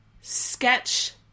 sketch